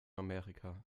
amerika